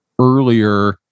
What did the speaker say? earlier